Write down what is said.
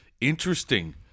interesting